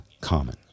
common